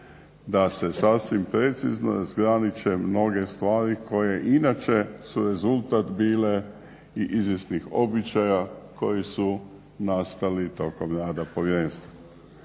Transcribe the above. da se sasvim precizno razgraniče mnoge stvari koje inače su rezultat bile i izvjesnih običaja koji su nastali tokom rada Povjerenstva.